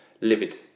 Livid